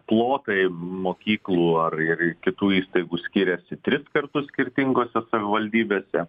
plotai mokyklų ar ir kitų įstaigų skiriasi tris kartus skirtingose savivaldybėse